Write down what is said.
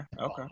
okay